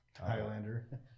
Highlander